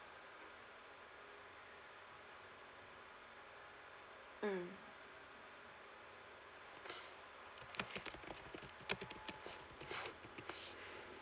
mm